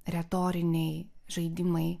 retoriniai žaidimai